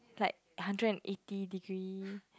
like hundred and eighty degree